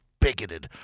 Bigoted